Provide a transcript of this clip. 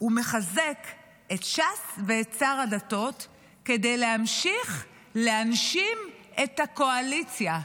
הוא מחזק את ש"ס ואת שר הדתות כדי להמשיך להנשים את הקואליציה.